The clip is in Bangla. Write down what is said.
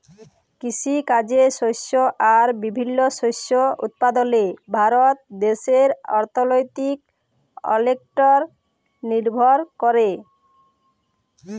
কিসিকাজে শস্য আর বিভিল্ল্য শস্য উৎপাদলে ভারত দ্যাশের অথ্থলিতি অলেকট লিরভর ক্যরে